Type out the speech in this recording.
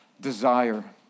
desire